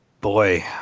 Boy